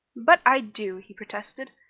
but i do, he protested.